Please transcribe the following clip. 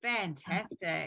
fantastic